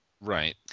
Right